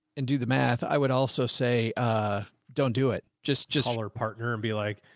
and do the math. i would also say, ah, don't do it just, just partner and be like,